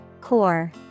Core